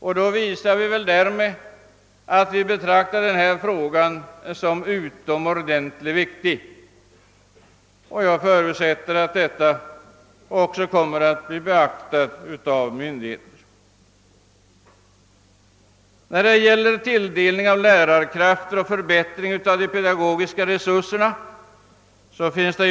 Därmed visar utskottet att frågan betraktas som utomordentligt viktig. Jag förutsätter att berörda myndigheter också beaktar detta. Det föreligger en reservation beträffande tilldelning" av lärarkrafter och förbättring av pedagogiska resurser och metoder.